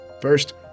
First